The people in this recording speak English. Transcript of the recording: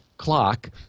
clock